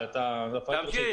תמשיך.